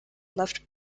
left